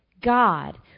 God